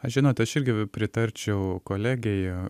aš žinot aš irgi pritarčiau kolegei